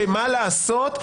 שמה לעשות,